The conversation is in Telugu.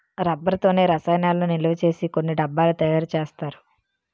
రబ్బర్ తోనే రసాయనాలను నిలవసేసి కొన్ని డబ్బాలు తయారు చేస్తారు